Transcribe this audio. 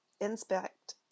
inspect